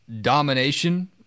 domination